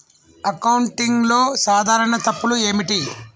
అకౌంటింగ్లో సాధారణ తప్పులు ఏమిటి?